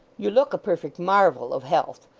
you look a perfect marvel of health.